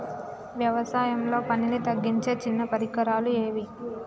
వ్యవసాయంలో పనిని తగ్గించే చిన్న పరికరాలు ఏవి?